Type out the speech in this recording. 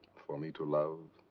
for me to love?